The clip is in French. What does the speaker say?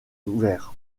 ouvert